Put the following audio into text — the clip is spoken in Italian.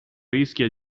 rischia